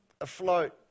afloat